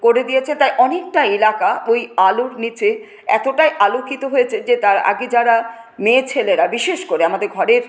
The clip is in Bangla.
করে দিয়েছে তাই অনেকটা এলাকা ওই আলোর নিচে এতটাই আলোকিত হয়েছে যে তার আগে যারা মেয়েছেলেরা বিশেষ করে আমাদের ঘরের